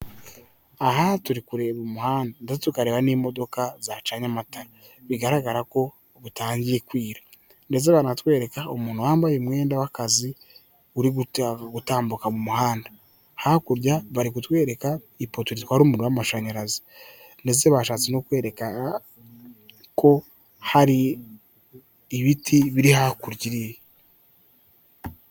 Aha turi kureba umuhanda ndetse tukareba n'imodoka zacanye amatara. Bigaragara ko butangiye kwira ndetse bari no kutwereka umuntu wambaye umwenda w'akazi uri gutambuka mu muhanda. Hakurya bari kutwereka ipoto zitwara umuriro w'amashanyarazi ndetse bashatse no kwerekana ko hari ibiti biri hakurya iriya.